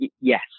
Yes